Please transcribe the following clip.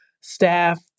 staff